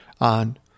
on